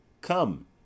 Come